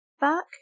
back